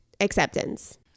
acceptance